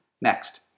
Next